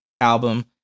album